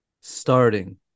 starting